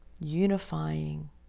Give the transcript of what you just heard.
Unifying